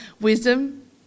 wisdom